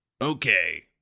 Okay